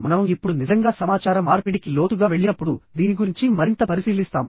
మనం ఇప్పుడు నిజంగా సమాచార మార్పిడికి లోతుగా వెళ్ళినప్పుడు దీని గురించి మరింత పరిశీలిస్తాము